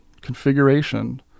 configuration